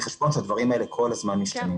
צריך לקחת בחשבון שהדברים האלה כל הזמן משתנים,